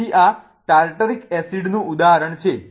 તેથી આ ટાર્ટરિક એસિડનું ઉદાહરણ છે